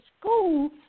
school